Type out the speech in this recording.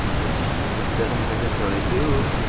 which it doesn't necessarily do,